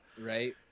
Right